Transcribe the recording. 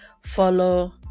Follow